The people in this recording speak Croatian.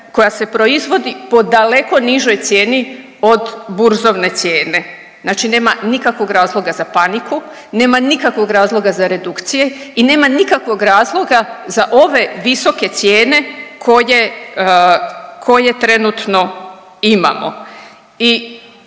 koja se proizvodi po daleko nižoj cijeni od burzovne cijene. Znači nema nikakvog razloga za paniku, nema nikakvog razloga za redukcije i nema nikakvog razloga za ove visoke cijene koje trenutno imamo.